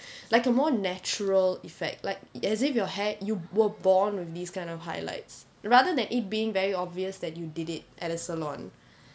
like a more natural effect like as if your hair you were born with these kind of highlights rather than it being very obvious that you did it at a salon